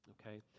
Okay